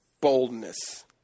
Boldness